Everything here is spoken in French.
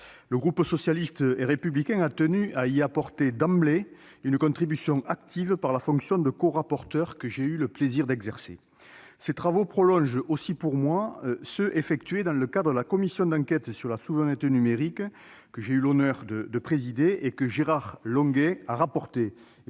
Le groupe socialiste et républicain a tenu à y apporter d'emblée une contribution active, la fonction de corapporteur que j'ai le plaisir d'exercer. Ces travaux sont pour moi le prolongement de ceux que j'ai effectués dans le cadre de la commission d'enquête sur la souveraineté numérique, que j'ai eu l'honneur de présider et dont Gérard Longuet a été